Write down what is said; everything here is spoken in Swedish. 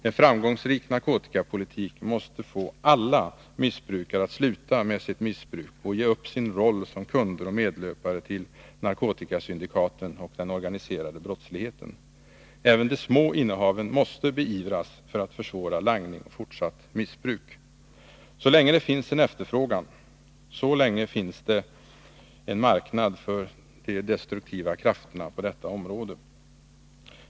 En framgångsrik narkotikapolitik måste få alla missbrukare att sluta med sitt missbruk och ge upp sin roll som kunder och medlöpare till narkotikasyndikaten och den organiserade brottsligheten. Även de små innehaven måste beivras för att försvåra langning och fortsatt missbruk. Så länge det finns en efterfrågan, så länge finns det en marknad för de destruktiva krafterna på detta område.